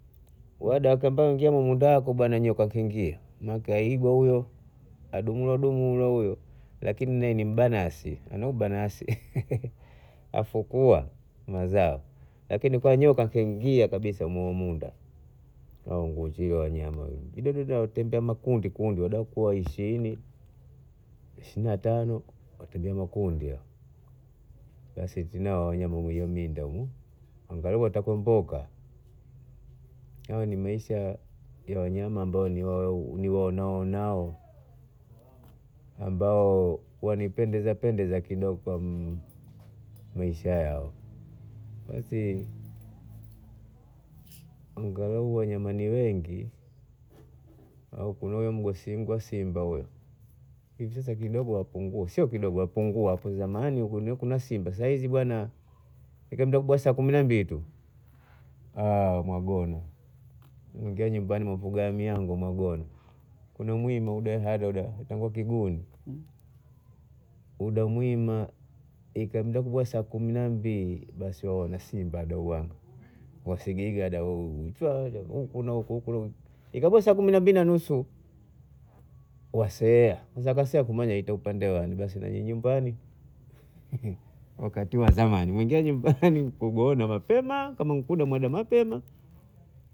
Wadaka mbaingia mumu ndako buana nyoka keingia maana ake aibwa huyo adumulwa dumulwa huyo lakini naye ni mbanasi ana ubanasi afukua mazao lakini kwa nyoka akeingia kabisa ameumunda au nguchiro wanyama huyu dede watembea makundi kudi wadakua ishirini ishirini na tano watembea makundi hao, basi eti nao wanyama waminda